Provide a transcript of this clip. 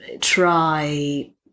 try